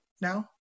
now